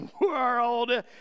world